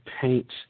paint